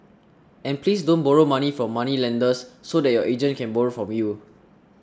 and please don't borrow money from moneylenders so that your agent can borrow from you